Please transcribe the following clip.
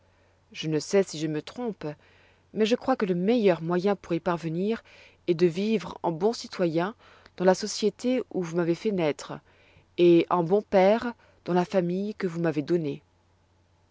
je ne sais si je me trompe mais je crois que le meilleur moyen pour y parvenir est de vivre en bon citoyen dans la société où vous m'avez fait naître et en bon père dans la famille que vous m'avez donnée